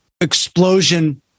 explosion